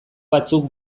batzuk